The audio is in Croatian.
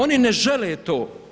Oni ne žele to.